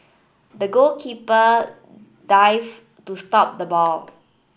the goalkeeper dive to stop the ball